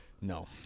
No